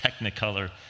Technicolor